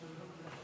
שימו לב.